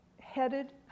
headed